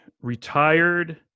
retired